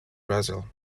brazil